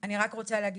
אני רק רוצה להגיד,